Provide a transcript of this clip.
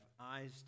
eyes